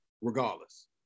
regardless